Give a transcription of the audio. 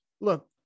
Look